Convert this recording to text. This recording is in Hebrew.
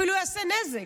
אפילו יעשה נזק.